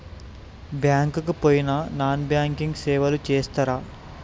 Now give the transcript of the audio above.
Bank కి పోయిన non banking సేవలు చేస్తరా?